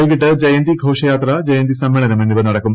വൈകിട്ട് ജയന്തി ഘോഷയാത്ര ജയന്തി സമ്മേളനം എന്നിവ നടക്കും